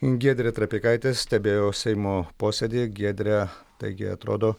giedrė trapikaitė stebėjo seimo posėdį giedre taigi atrodo